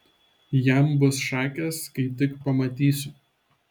jam bus šakės kai tik pamatysiu